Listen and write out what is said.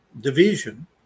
division